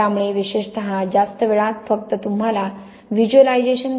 त्यामुळे विशेषत ज्यास्त वेळात फक्त तुम्हाला व्हिज्युअलायझेशन visualization